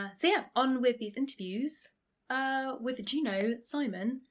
ah so yeah, on with these interviews ah with juno, simon,